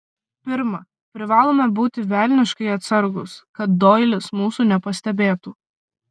pirma privalome būti velniškai atsargūs kad doilis mūsų nepastebėtų